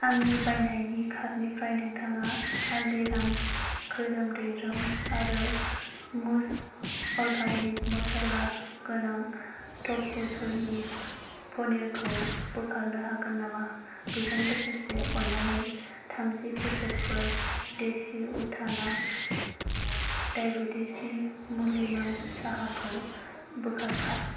आंनि बायनायनि कार्टनिफ्राय नोंथाङा हालदिराम्स खैरोम दैरोम आरो मुज अर्गेनिक मस्ला गोनां टफु सयनि पनिरखौ बोखारनो हागोन नामा बेजों लोगोसे अन्नानै थामजि पेकेटफोर देसि उथाना दायबेटिसनि मुलिनां साहाखौ बोखारफा